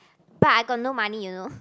but I got no money you know